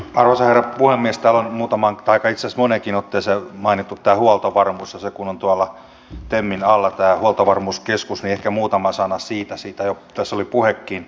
täällä on muutamaan tai itse asiassa aika moneenkin otteeseen mainittu tämä huoltovarmuus ja se kun on tuolla temin alla tämä huoltovarmuuskeskus niin ehkä muutama sana siitä siitä tässä oli jo puhekin